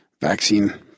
vaccine